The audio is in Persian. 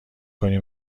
کنی